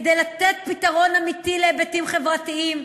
כדי לתת פתרון אמיתי בהיבטים חברתיים,